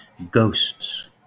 Ghosts